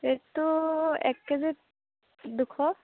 ৰেটটো এক কেজিত দুশ